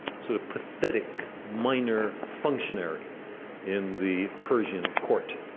sort of pathetic, minor functionary in the persian court.